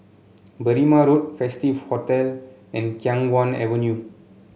Berrima Road Festive Hotel and Khiang Guan Avenue